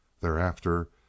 Thereafter